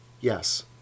Yes